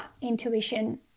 intuition